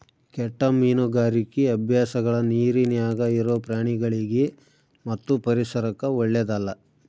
ಕೆಟ್ಟ ಮೀನುಗಾರಿಕಿ ಅಭ್ಯಾಸಗಳ ನೀರಿನ್ಯಾಗ ಇರೊ ಪ್ರಾಣಿಗಳಿಗಿ ಮತ್ತು ಪರಿಸರಕ್ಕ ಓಳ್ಳೆದಲ್ಲ